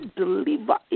deliver